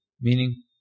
meaning